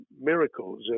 miracles